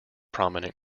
prominent